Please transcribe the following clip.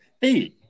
Hey